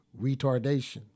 retardation